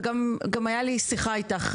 וגם היתה לי שיחה איתך,